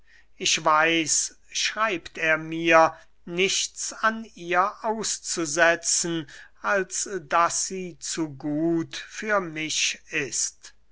ich weiß schreibt er mir nichts an ihr auszusetzen als daß sie zu gut für mich ist